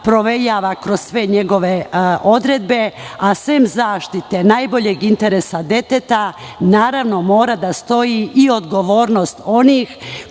provejava kroz sve njegove odredbe. Sem zaštite najboljeg interesa deteta mora da stoji i odgovornost onih